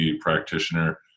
practitioner